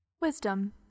Wisdom